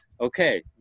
Okay